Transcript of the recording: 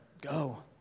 go